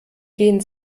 gehen